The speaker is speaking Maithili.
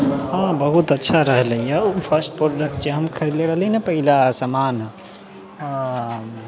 हँ बहुत अच्छा रहले है ओ फ़र्स्ट प्रोडक्ट जे हम खरीदले रहली ना पहले समान